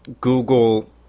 Google